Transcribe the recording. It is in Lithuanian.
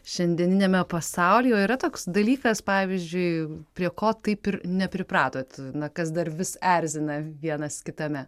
šiandieniniame pasaulyje o yra toks dalykas pavyzdžiui prie ko taip ir nepripratot na kas dar vis erzina vienas kitame